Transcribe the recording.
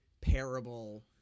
parable